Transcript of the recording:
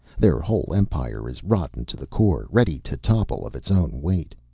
their whole empire is rotten to the core. ready to topple of its own weight.